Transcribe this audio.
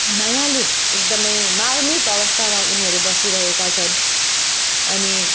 मायालु एकदमै मार्मिक अवस्थामा उनीहरू बसी रहेका छन् अनि